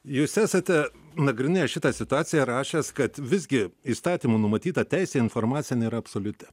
jūs esate nagrinėjęs šitą situaciją rašęs kad visgi įstatymų numatyta teisė į informaciją nėra absoliuti